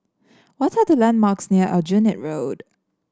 what are the landmarks near Aljunied Road